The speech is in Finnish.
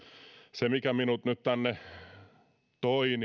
se mikä minut nyt tänne toi